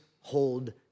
hold